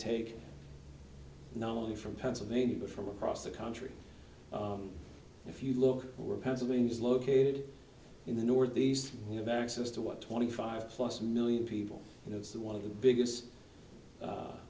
take not only from pennsylvania but from across the country if you look for pennsylvania's located in the northeast you have access to what twenty five plus million people and it's the one of the biggest